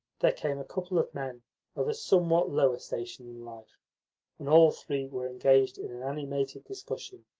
there came a couple of men of a somewhat lower station in life, and all three were engaged in an animated discussion.